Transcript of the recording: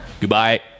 goodbye